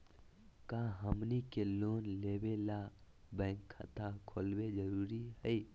का हमनी के लोन लेबे ला बैंक खाता खोलबे जरुरी हई?